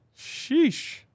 Sheesh